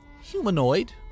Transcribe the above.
humanoid